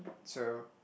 so